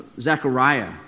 Zechariah